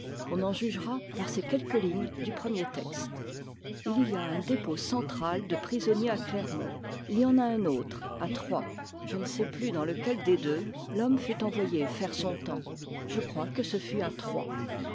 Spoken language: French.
on en jugera par ces quelques lignes du premier texte il y a un dépôt central de prisonniers à clermont il y en a un autre à troyes je ne sais plus dans lequel des deux l'homme fut envoyé faire son temps je crois que ce fut à troyes